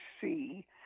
see